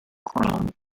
chrome